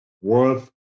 worth